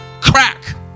Crack